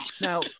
Now